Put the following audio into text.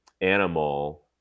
animal